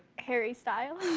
harry stiles.